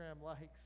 likes